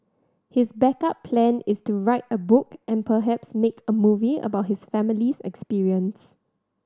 his backup plan is to write a book and perhaps make a movie about his family's experience